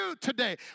today